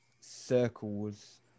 circles